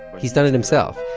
he's done it himself.